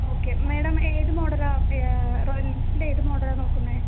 okay madam ഏത് മോഡലാ royal എൻഫിൾഡിൻ്റെ ഏത് മോഡലാ നോക്കുന്നത്